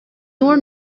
nur